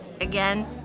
again